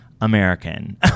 american